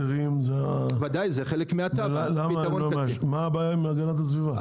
מה הבעיה עם הגנת הסביבה?